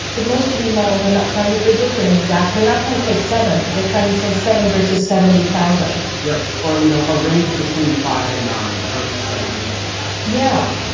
but most of these models are not trying to predict an exact. they're not trying to say seven. they're trying to say seven versus seventy thousand right. or, you know, a range between five and nine versus seventy thousand point yeah,